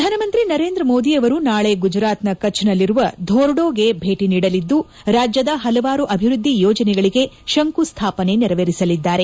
ಪ್ರಧಾನಮಂತ್ರಿ ನರೇಂದ್ರ ಮೋದಿ ಅವರು ನಾಳೆ ಗುಜರಾತ್ನ ಕಚ್ನಲ್ಲಿರುವ ಧೋರ್ಡೊಗೆ ಭೇಟಿ ನೀಡಲಿದ್ದು ರಾಜ್ಯದ ಹಲವಾರು ಅಭಿವೃದ್ದಿ ಯೋಜನೆಗಳಿಗೆ ಶಂಕುಸ್ಲಾಪನೆ ನೆರವೇರಿಸಲಿದ್ದಾರೆ